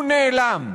הוא נעלם.